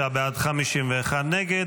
45 בעד, 51 נגד.